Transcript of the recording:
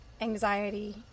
anxiety